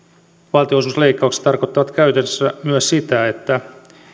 valtionosuusleikkaukset tarkoittavat käytännössä myös sitä että